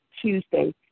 Tuesday